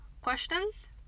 questions